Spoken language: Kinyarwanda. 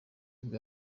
bwa